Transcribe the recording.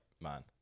man